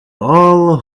all